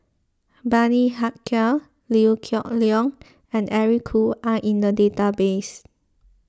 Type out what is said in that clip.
Bani Haykal Liew Geok Leong and Eric Khoo are in the database